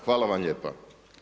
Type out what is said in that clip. Hvala vam lijepa.